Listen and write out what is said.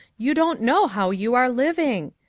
you don't know how you are living.